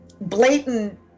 blatant